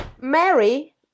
Mary